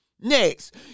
Next